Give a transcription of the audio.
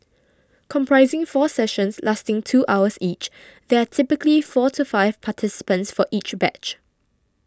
comprising four sessions lasting two hours each there are typically four to five participants for each batch